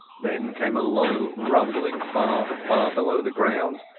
then came a low rumbling far, far below the ground,